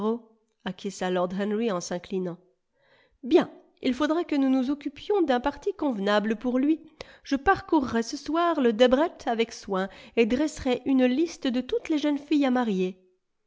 lord henry en s inclinant bien il faudra que nous nous occupions d'un parti convenable pour lui je parcourrai ce soir le en français dans le texte debrett avec soin et dresserai une liste de toutes les jeunes filles à marier